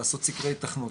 לעשות סקרי היתכנות,